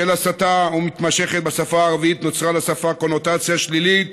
בשל הסתה מתמשכת בשפה הערבית נוצרה לשפה קונוטציה שלילית